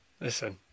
Listen